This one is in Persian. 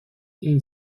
این